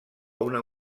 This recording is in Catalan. una